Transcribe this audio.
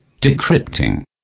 Decrypting